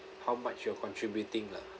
how much you're contributing lah